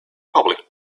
public